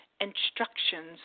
instructions